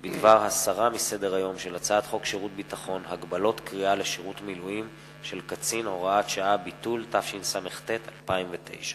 (תיקון, שירות ניתוב שיחה לפי מיקום